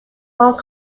hong